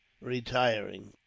retiring